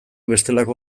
bestelako